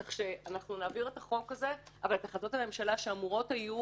כך שאנחנו נעביר את החוק הזה אבל את החלטות הממשלה שאמורות היו